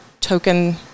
token